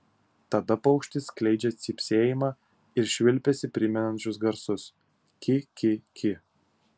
tada paukštis skleidžia cypsėjimą ir švilpesį primenančius garsus ki ki ki